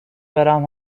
برم